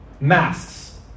masks